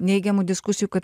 neigiamų diskusijų kad